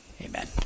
Amen